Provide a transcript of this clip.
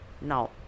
Now